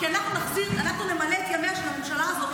כי אנחנו נמלא את ימיה של הממשלה הזאת,